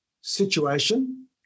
situation